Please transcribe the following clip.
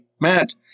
Matt